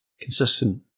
consistent